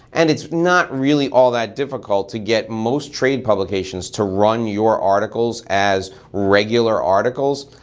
and it's not really all that difficult to get most trade publications to run your articles as regular articles.